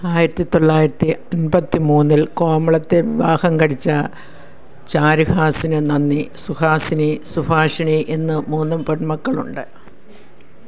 ആയിരത്തി തൊള്ളായിരത്തി അൻപത്തി മൂന്നിൽ കോമളത്തെ വിവാഹം കഴിച്ച ചാരുഹാസന് നന്ദി സുഹാസിനി സുഭാഷിണി എന്നീ മൂന്ന് പെൺമക്കളുണ്ട്